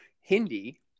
Hindi